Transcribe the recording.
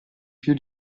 più